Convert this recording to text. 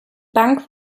bank